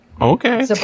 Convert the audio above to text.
Okay